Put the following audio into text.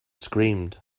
screamed